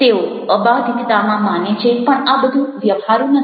તેઓ અબાધિતતામાં માને છે પણ આ બહુ વ્યવહારુ નથી